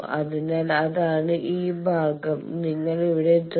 അതിനാൽ അതാണ് ഈ ഭാഗം നിങ്ങൾ ഇവിടെ എത്തുന്നു